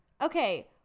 okay